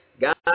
God